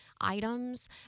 items